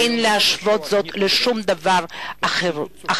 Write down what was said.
אין להשוות זאת לשום דבר אחר.